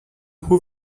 who